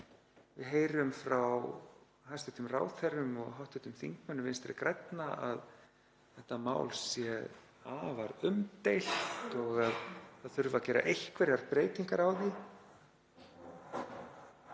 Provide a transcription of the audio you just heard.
Við heyrum frá hæstv. ráðherrum og hv. þingmönnum Vinstri grænna að þetta mál sé afar umdeilt og það þurfi að gera einhverjar breytingar á því